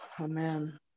amen